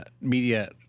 media